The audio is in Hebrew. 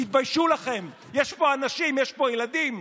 תתביישו לכם, יש פה אנשים, יש פה ילדים.